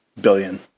billion